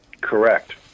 correct